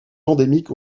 endémique